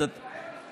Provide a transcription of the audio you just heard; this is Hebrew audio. הוא מצטער על זה היום